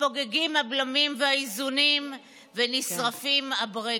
מתפוגגים הבלמים והאיזונים ונשרפים הברקסים.